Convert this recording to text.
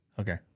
Okay